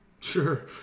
Sure